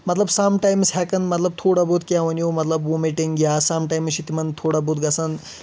مطلب some times ہٮ۪کان مطلب تھوڑا بہت کیٚنٛہہ وٕنو مطلب وۄمیٹنگ یا سم ٹیامٕز چھ تِمن تھوڑا بہت گژھان